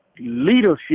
leadership